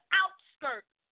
outskirts